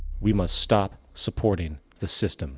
we must stop supporting the system